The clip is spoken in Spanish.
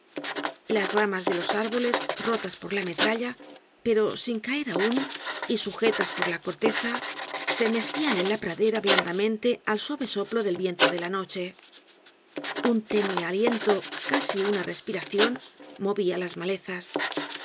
las ramas de los árboles rotas por la metralla pero sin caer aun y sujetas á la corteza se mecian en la pradera blandamente al suave soplo del viento de la noche un ténue aliento casi una respiracion movia las malezas